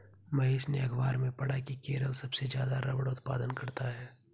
महेश ने अखबार में पढ़ा की केरल सबसे ज्यादा रबड़ उत्पादन करता है